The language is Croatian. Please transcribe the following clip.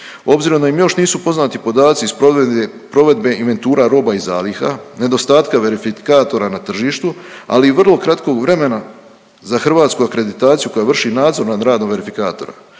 Obzirom da im još nisu poznati podaci iz provedbe inventura roba i zaliha, nedostatka verifikatora na tržištu, ali i vrlo kratkog vremena za hrvatsku akreditaciju koja vrši nadzor nad radom verifikatora,